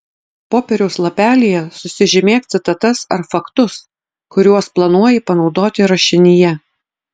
popieriaus lapelyje susižymėk citatas ar faktus kuriuos planuoji panaudoti rašinyje